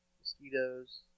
mosquitoes